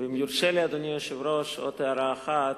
אם יורשה לי, אדוני היושב-ראש, עוד הערה אחת.